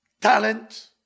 talent